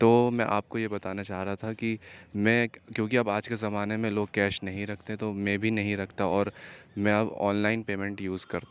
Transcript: تو میں آپ کو یہ بتانا چاہ رہا تھا کہ میں کیونکہ اب آج کے زمانے میں لوگ کیش نہیں رکھتے تو میں بھی نہیں رکھتا اور میں اب آن لائن پیمنٹ یوز کرتا ہوں